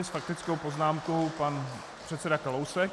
S faktickou poznámkou pan předseda Kalousek.